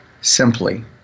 simply